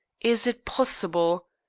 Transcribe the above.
is it possible?